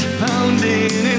pounding